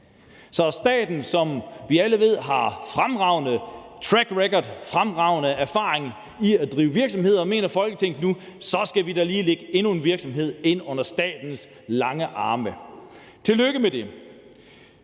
til staten, som vi alle ved har fremragende track records og erfaringer med at drive virksomhed, mener Folketinget nu, at vi da lige skal lægge endnu en virksomhed ind under statens lange arme – tillykke med det!